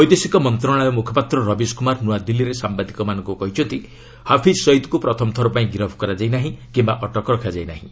ବୈଦେଶିକ ମନ୍ତ୍ରଣାଳୟ ମୁଖପାତ୍ର ରବୀଶ କୁମାର ନ୍ନଆଦିଲ୍ଲୀରେ ସାମ୍ବାଦିକମାନଙ୍କୁ କହିଛନ୍ତି ହାଫିଜ୍ ସଇଦ୍କୁ ପ୍ରଥମ ଥରପାଇଁ ଗିରଫ କରାଯାଇ ନାହିଁ କିମ୍ବା ଅଟକ ରଖାଯାଇ ନାହିଁ